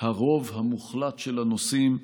הרוב המוחלט של הנושאים,